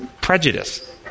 Prejudice